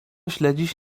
śledzić